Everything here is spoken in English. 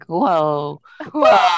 Whoa